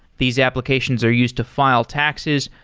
these applications are used to file taxes,